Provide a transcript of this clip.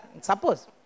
Suppose